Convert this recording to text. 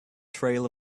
trail